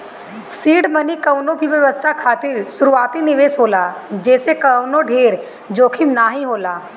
seed money कवनो भी व्यवसाय खातिर शुरूआती निवेश होला जेसे कवनो ढेर जोखिम नाइ होला